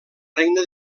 regne